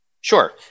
Sure